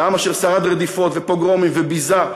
לעם אשר שרד רדיפות ופוגרומים וביזה,